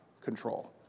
control